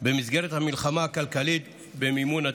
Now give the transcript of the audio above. במסגרת המלחמה הכלכלית במימון הטרור.